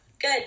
good